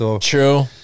True